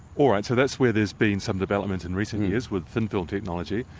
all right, so that's where there's been some developments in recent years with thin film technology,